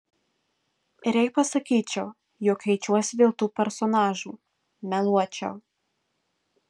ir jei pasakyčiau jog keičiuosi dėl tų personažų meluočiau